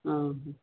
ହଁ